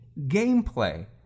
Gameplay